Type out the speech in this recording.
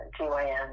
GYN